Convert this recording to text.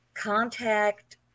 contact